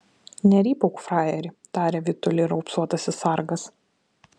nerypauk frajeri tarė vytuliui raupsuotasis sargas